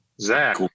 Zach